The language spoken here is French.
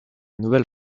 nouvelle